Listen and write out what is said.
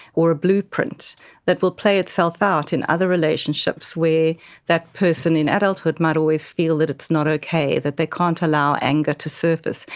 or a blueprint that will play itself out in other relationships where that person in adulthood might always feel that it's not okay, that they can't allow anger to surface.